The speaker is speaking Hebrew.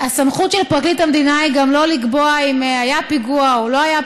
של פרקליט המדינה היא לא לקבוע אם היה פיגוע או לא היה פיגוע.